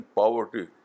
poverty